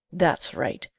that's right!